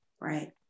right